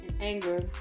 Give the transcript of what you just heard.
anger